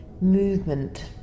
movement